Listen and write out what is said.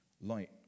light